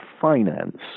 finance